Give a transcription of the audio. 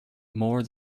more